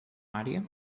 área